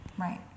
Right